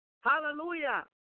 Hallelujah